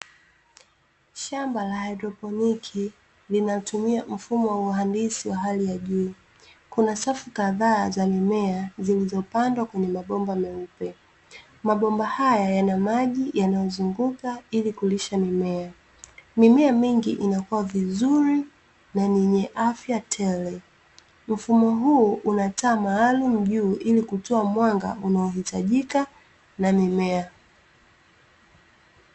Shamba la haidroponiki linalotumia mfumo wa uhandisi wa hali ya juu. Kuna safu kazaa za mimea zilizopandwa kwenye mabomba meupe mabomba haya yana maji yanayozunguka ili kulisha mimea. Mimea mingi inakuwa vizuri na yenye afya tele. Mfumo huu una taa maalumu juu ili kutoa mwanga unaohitajika na mimea.